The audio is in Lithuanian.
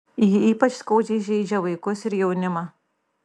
ji ypač skaudžiai žeidžia vaikus ir jaunimą